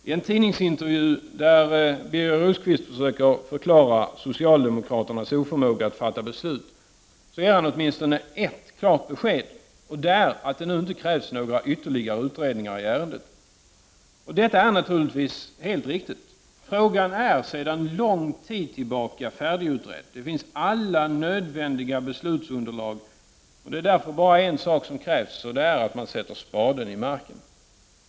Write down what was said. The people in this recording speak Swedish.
I en tidningsintervju där Birger Rosqvist försöker förklara socialdemokraternas oförmåga att fatta beslut ger han åtminstone ett klart besked, och det är att det nu inte krävs några ytterligare utredningar i ärendet. Och detta är naturligtvis helt riktigt. Frågan är sedan lång tid tillbaka färdigutredd. Alla nödvändiga beslutsunderlag finns. Det är därför bara en sak som krävs, nämligen att man sätter spaden i marken.